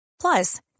Plus